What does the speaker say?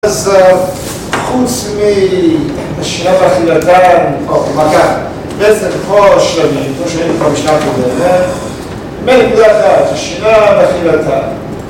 אז חוץ מהשינה והחילתה, או כמה, בעצם כמו שראינו במשנה הקודמת, מי ביחד, השינה והחילתה?